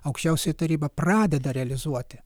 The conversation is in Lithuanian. aukščiausioji taryba pradeda realizuoti